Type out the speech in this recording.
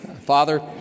Father